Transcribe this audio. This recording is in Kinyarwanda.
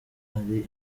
ari